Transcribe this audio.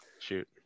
Shoot